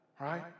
right